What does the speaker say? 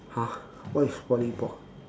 !huh! what is polly pock~